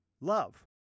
love